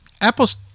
apple's